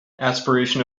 aspiration